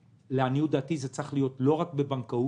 לעניות דעתי, זה צריך להיות לא רק בבנקאות.